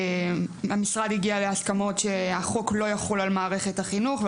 המשרד הגיע להסכמות שהחוק לא יחול על מערכת החינוך,